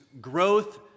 growth